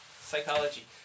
Psychology